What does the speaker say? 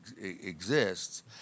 exists